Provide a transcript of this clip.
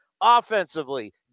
offensively